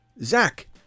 zach